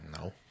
No